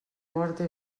morta